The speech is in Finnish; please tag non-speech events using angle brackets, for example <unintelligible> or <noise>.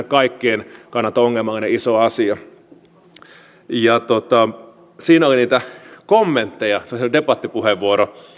<unintelligible> kaikkien kannalta ongelmallinen iso asia siinä oli niitä kommentteja se oli se debattipuheenvuoro